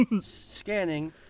Scanning